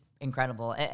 incredible